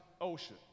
ocean